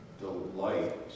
delight